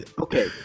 okay